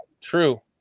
True